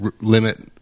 limit